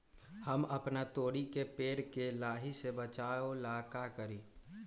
हम अपना तोरी के पेड़ के लाही से बचाव ला का करी?